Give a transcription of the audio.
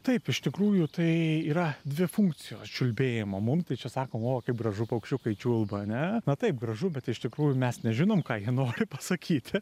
taip iš tikrųjų tai yra dvi funkcijos čiulbėjimo mum tai čia sakom o kaip gražu paukščiukai čiulba ane taip gražu bet iš tikrųjų mes nežinom ką jie nori pasakyti